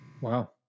Wow